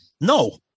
no